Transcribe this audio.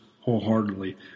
wholeheartedly